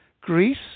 Greece